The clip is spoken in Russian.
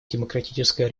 демократическая